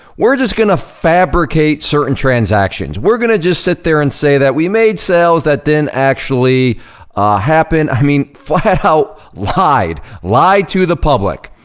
we're just gonna fabricate certain transactions. we're gonna just sit there and say that we made sales that didn't actually happen. i mean, flat out lied, lied to the public.